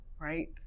right